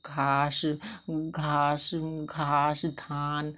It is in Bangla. ঘাস ঘাস ঘাস ধান